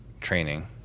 training